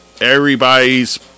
everybody's